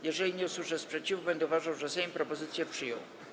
Jeżeli nie usłyszę sprzeciwu, będę uważał, że Sejm propozycję przyjął.